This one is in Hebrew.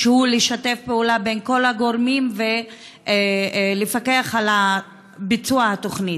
שהוא לשתף פעולה בין כל הגורמים ולפקח על ביצוע התוכנית,